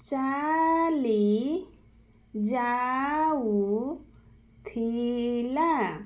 ଚାଲି ଯାଉ ଥିଲା